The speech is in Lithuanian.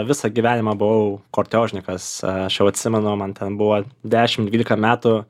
visą gyvenimą buvau kortiožnikas aš jau atsimenu man ten buvo dešim dvylika metų